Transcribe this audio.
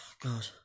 god